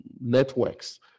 Networks